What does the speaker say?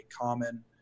common